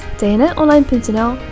tnonline.nl